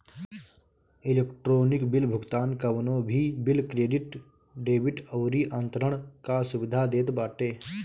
electronic bill भुगतान कवनो भी बिल, क्रेडिट, डेबिट अउरी अंतरण कअ सुविधा देत बाटे